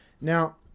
Now